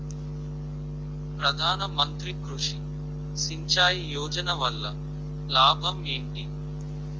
ప్రధాన మంత్రి కృషి సించాయి యోజన వల్ల లాభం ఏంటి?